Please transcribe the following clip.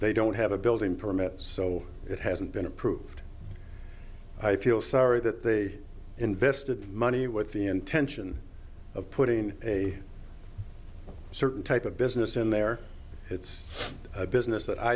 they don't have a building permit so it hasn't been approved i feel sorry that they invested money with the intention of putting a certain type of business in there it's a business that i